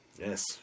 Yes